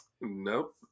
Nope